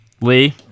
Lee